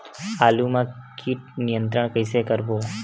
आलू मा कीट नियंत्रण कइसे करबो?